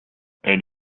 elle